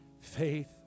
faith